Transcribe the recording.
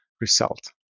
result